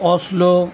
Oslo